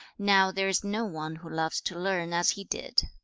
now there is no one who loves to learn, as he did